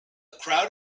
crowd